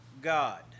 God